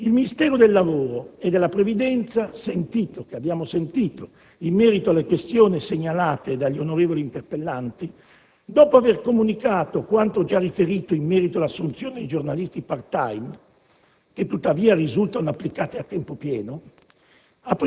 Il Ministero del lavoro e della previdenza, che abbiamo sentito in merito alle questioni segnalate dagli onorevoli interpellanti, dopo aver comunicato quanto già riferito in merito all'assunzione di giornalisti *part-time*, che, tuttavia, risultano applicati a tempo pieno,